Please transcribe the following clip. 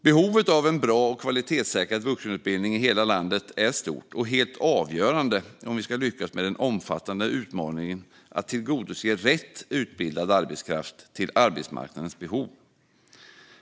Behovet av en bra och kvalitetssäkrad vuxenutbildning i hela landet är stort och helt avgörande om vi ska lyckas med den omfattande utmaningen att tillgodose arbetsmarknadens behov av rätt utbildad arbetskraft.